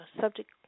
subject